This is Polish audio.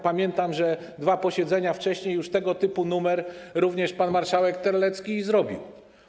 Pamiętam, że dwa posiedzenia wcześniej już tego typu numer również pan marszałek Terlecki zrobił.